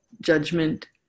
judgment